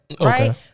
right